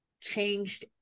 changed